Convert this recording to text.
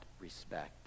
respect